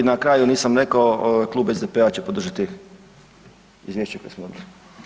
I na kraju nisam rekao Klub SDP-a će podržati izvješće koje smo dobili.